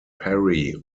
perry